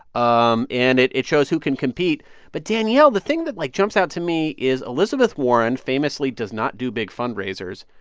um and it it shows who can compete but, danielle, the thing that, like, jumps out to me is elizabeth warren famously does not do big fundraisers.